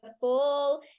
full